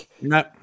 No